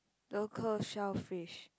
local shell fish